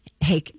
hey